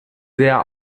sehr